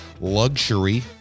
luxury